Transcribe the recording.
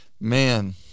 man